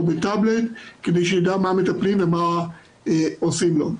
בטאבלט כדי שהוא יידע מה מטפלים ומה עושים לו.